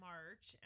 March